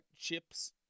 Chips